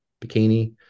bikini